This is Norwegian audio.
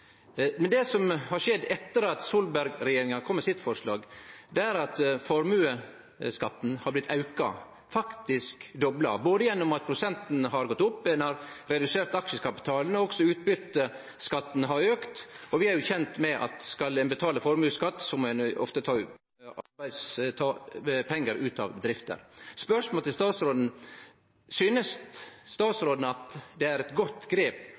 Men det som har skjedd etter at Solberg-regjeringa kom med sitt forslag, er at formuesskatten har blitt auka, faktisk dobla, både gjennom at prosenten har gått opp, ein har redusert aksjekapitalen, og også utbytteskatten har auka. Vi er kjende med at skal ein betale formuesskatt, må ein ofte ta pengar ut av drifta. Spørsmålet til statsråden er: Synest statsråden det er eit godt grep